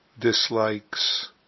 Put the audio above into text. dislikes